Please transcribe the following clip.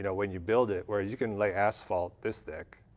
you know when you build it, where you can lay asphalt this thick,